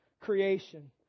creation